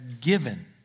given